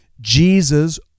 Jesus